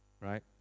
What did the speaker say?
right